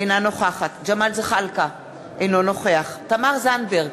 אינה נוכחת ג'מאל זחאלקה, אינו נוכח תמר זנדברג,